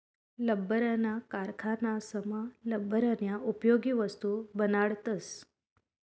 लब्बरना कारखानासमा लब्बरन्या उपयोगी वस्तू बनाडतस